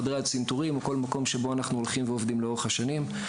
חדרי הצנתורים או בכל מקום שאנחנו עובדים לאורך השנים.